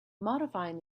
modifying